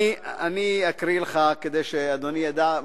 אני אקריא לך כדי שאדוני ידע,